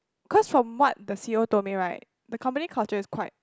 cause from what the c_e_o told me right the company culture is quite